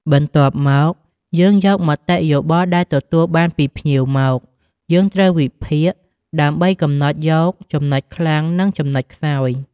បន្ទាប់មកយើងយកមតិយោបល់ដែលទទួលបានពីភ្ញៀវមក យើងត្រូវវិភាគ ដើម្បីកំណត់យកចំណុចខ្លាំង និងចំណុចខ្សោយ។